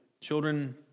Children